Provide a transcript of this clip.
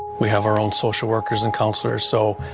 we have our own social workers and counselors. so,